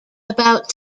about